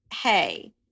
hey